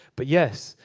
but yes,